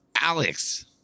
Alex